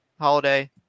holiday